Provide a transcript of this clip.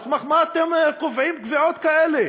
על סמך מה אתם קובעים קביעות כאלה?